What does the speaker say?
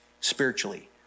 spiritually